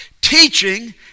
teaching